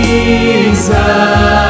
Jesus